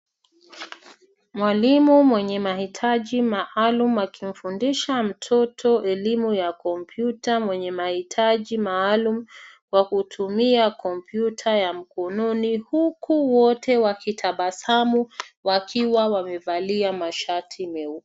Mwalimu mwenye mahitaji maalum akimfundisha mtoto elimu ya kompyuta mwenye mahitaji maalum kwa kutumia kompyuta ya mkononi huku wote wakitabasamu wakiwa wamevalia mashati meupe.